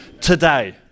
today